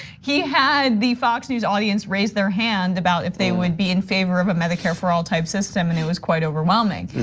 he had the fox news audience raise their hand about if they would be in favor of a medicare for all type system and it was quite overwhelming.